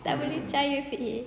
tak boleh percaya seh